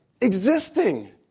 Existing